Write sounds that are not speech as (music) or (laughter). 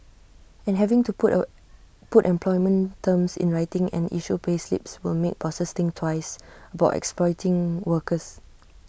and having to put (unintelligible) put employment terms in writing and issue payslips will make bosses think twice about exploiting workers